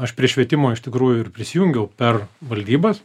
aš prie švietimo iš tikrųjų ir prisijungiau per valdybas